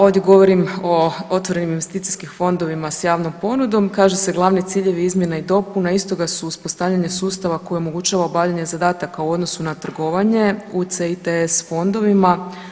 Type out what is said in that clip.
Ovdje govorim o otvorenim investicijskim fondovima s javnom ponudom, kaže se glavni ciljevi izmjene i dopune … uspostavljanje sustava koji omogućava obavljanje zadataka u odnosu na trgovanje u CITS fondovima.